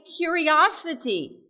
curiosity